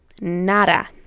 nada